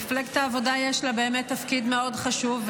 למפלגת העבודה יש באמת תפקיד מאוד חשוב,